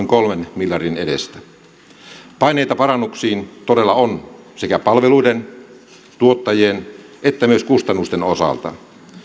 kolmen miljardin edestä paineita parannuksiin todella on sekä palveluiden tuottajien että myös kustannusten osalta